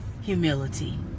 humility